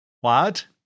What